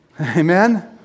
Amen